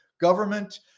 government